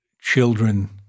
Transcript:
children